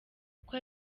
uko